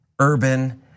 urban